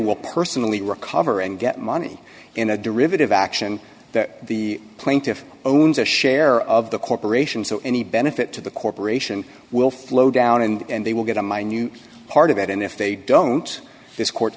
will personally recover and get money in a derivative action that the plaintiff owns a share of the corporation so any benefit to the corporation will flow down and they will get a minute part of it and if they don't this court